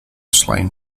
slain